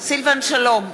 סילבן שלום,